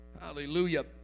Hallelujah